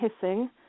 hissing